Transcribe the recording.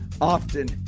Often